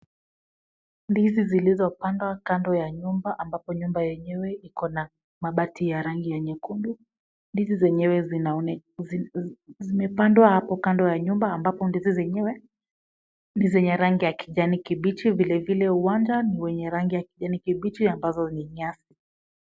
Ndizi zilizopandwa kando ya nyumba ambapo nyumba yenyewe iko na mabati ya rangi nyekundu. Ndizi zenyewe zimepandwa hapo kando ya nyumba ambapo ndizi zenyewe ni za rangi ya kijani kibichi. Vilevile uwanja ni wenye rangi ya kijani kibichi ambazo ni nyasi.